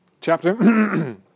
chapter